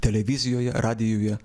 televizijoje radijuje